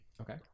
Okay